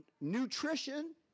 nutrition